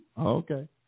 Okay